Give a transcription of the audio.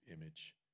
image